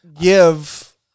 give